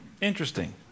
interesting